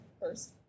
first